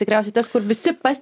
tikriausiai teks kur visi pas